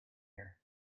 here